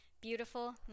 Beautiful